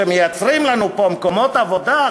שמייצרים לנו פה מקומות עבודה,